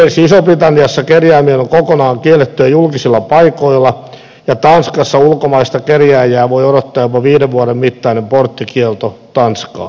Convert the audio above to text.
esimerkiksi isossa britanniassa kerjääminen on kokonaan kiellettyä julkisilla paikoilla ja tanskassa ulkomaista kerjääjää voi odottaa jopa viiden vuoden mittainen porttikielto tanskaan